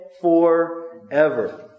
Forever